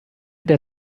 der